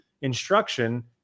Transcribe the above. instruction